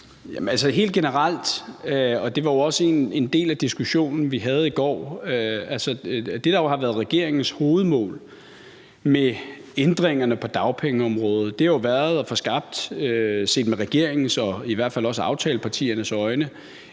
Helt generelt, og det var også en del af den diskussion, vi havde i går, vil jeg sige, at det, der har været regeringens hovedmål med ændringerne på dagpengeområdet, har været at få skabt – set med regeringens og i hvert fald også med aftalepartiernes øjne